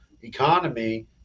economy